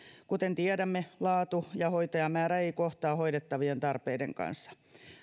kuten tiedämme laatu ja hoitajamäärä eivät kohtaa hoidettavien tarpeiden kanssa